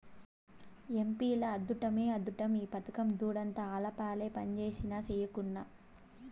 ఎంపీల అద్దుట్టమే అద్దుట్టం ఈ పథకం దుడ్డంతా ఆళ్లపాలే పంజేసినా, సెయ్యకున్నా